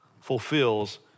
fulfills